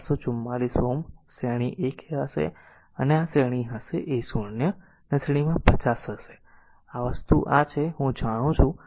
444 Ω શ્રેણી 1a હશે અને આ શ્રેણી હશે a0 અને આ શ્રેણીમાં 50 હશે આ વસ્તુ આ છે હું જાણું છું